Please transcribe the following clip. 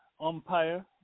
umpire